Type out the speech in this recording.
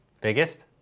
Biggest